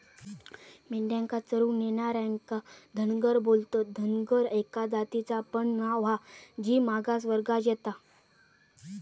मेंढ्यांका चरूक नेणार्यांका धनगर बोलतत, धनगर एका जातीचा पण नाव हा जी मागास वर्गात येता